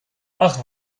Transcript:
ach